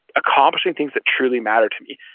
accomplishing things that truly matter to me.